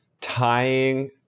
tying